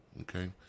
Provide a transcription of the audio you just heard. okay